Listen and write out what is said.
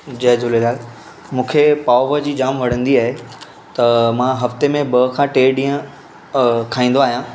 जय झूलेलाल मूंखे पावभाजी जाम वणंदी आहे त मां हफ़्ते में ॿ खां टे ॾींहं खाईंदो आहियां